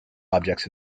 objects